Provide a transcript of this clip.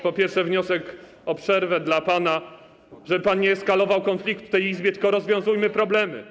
Po pierwsze, wniosek o przerwę dla pana, żeby pan nie eskalował konfliktu w tej Izbie, tylko rozwiązujmy problemy.